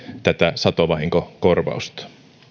tätä satovahinkokorvausta